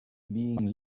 being